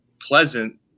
Pleasant